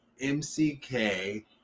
M-C-K